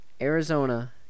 Arizona